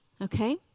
Okay